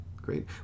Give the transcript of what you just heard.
Great